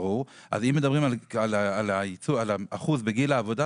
אז אם מדברם על האחוז מגיל העבודה,